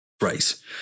race